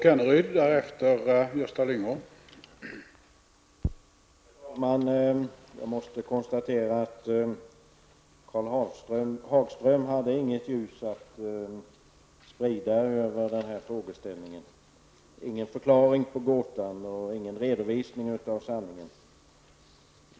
Herr talman! Jag måste konstatera att Karl Hagström inte hade något ljus att sprida över den här frågeställningen. Han hade ingen förklaring på gåtan och ingen redovisning av sanningen.